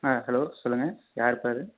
ஆ hello சொல்லுங்கள் யாருப்பா அது